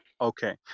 Okay